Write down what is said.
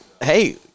hey